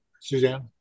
Suzanne